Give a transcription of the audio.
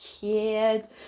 kids